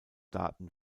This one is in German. daten